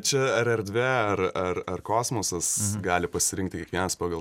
čia ar erdvė ar ar ar kosmosas gali pasirinkti kiekvienas pagal